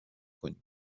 کنیم